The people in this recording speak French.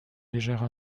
légère